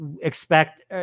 expect